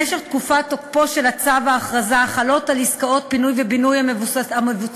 במשך תקופת תוקפו של צו ההכרזה חלות על עסקאות פינוי ובינוי המבוצעות